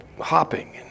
hopping